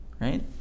right